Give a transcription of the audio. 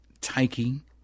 taking